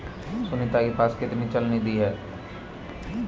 सुनीता के पास कितनी चल निधि है?